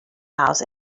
house